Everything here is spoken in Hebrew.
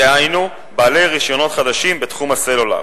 דהיינו בעלי רשיונות חדשים בתחום הסלולר,